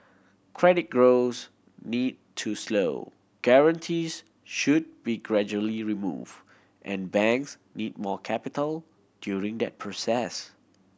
credit growth need to slow guarantees should be gradually removed and banks need more capital during that process